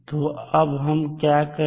तो अब हम क्या करें